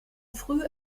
früh